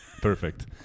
Perfect